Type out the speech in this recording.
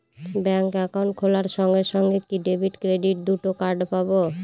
Bank account খোলার সঙ্গে সঙ্গে কি ডেবিট ক্রেডিট দুটো কার্ড পাবো?